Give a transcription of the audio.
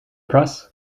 press